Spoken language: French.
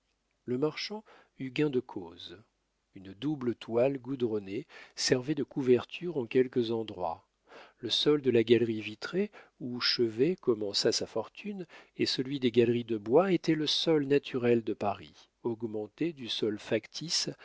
le marchand eut gain de cause une double toile goudronnée servait de couverture en quelques endroits le sol de la galerie vitrée où chevet commença sa fortune et celui des galeries de bois étaient le sol naturel de paris augmenté du sol factice